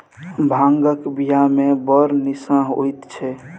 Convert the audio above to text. भांगक बियामे बड़ निशा होएत छै